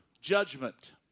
judgment